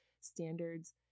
standards